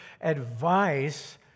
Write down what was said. advice